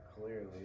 clearly